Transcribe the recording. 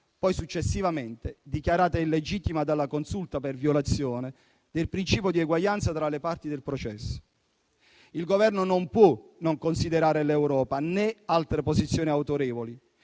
successivamente dichiarata illegittima dalla Consulta per violazione del principio di eguaglianza tra le parti del processo. Il Governo non può non considerare l'Europa o altre posizioni autorevoli